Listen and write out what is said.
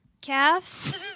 calves